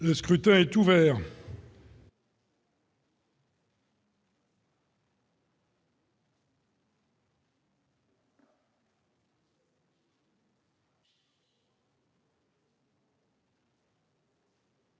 Le scrutin est ouvert.